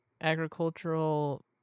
agricultural